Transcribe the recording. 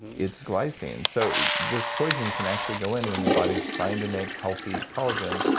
its glycine. so this poison can actually go in when your body is trying to make healthy collagen.